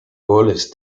goles